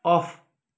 of